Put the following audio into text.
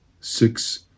six